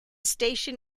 station